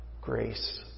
grace